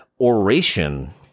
oration